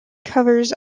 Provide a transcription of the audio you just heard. covers